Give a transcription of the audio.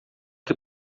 que